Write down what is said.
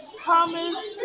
Thomas